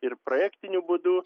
ir projektiniu būdu